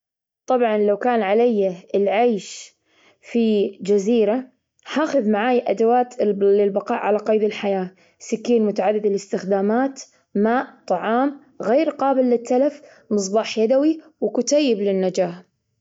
طبعا لو كان علي العيش في جزيرة، حاخذ معاي أدوات للبقاء على قيد الحياة: سكين متعدد الاستخدامات، ماء، طعام غير قابل للتلف، مصباح يدوي وكتيب للنجاة.